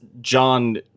John